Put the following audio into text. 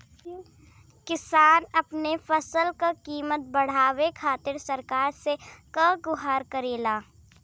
किसान अपने फसल क कीमत बढ़ावे खातिर सरकार से का गुहार करेला?